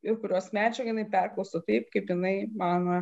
ir kurios medžiagą jinai perklosto taip kaip jinai mano